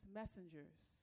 messengers